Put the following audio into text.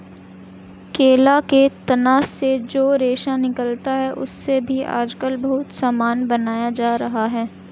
केला के तना से जो रेशा निकलता है, उससे भी आजकल बहुत सामान बनाया जा रहा है